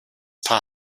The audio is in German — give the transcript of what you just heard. paar